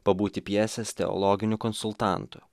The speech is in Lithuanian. pabūti pjesės teologiniu konsultantu